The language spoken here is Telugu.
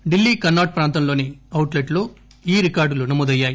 ఢిల్లీ కన్నౌట్ ప్రాంతంలోని అవుట్ లెట్ లో ఈ రికార్డులు నమోదయ్యాయి